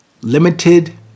Limited